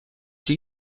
she